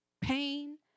pain